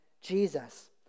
jesus